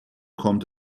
kommt